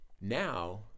Now